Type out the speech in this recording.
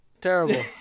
Terrible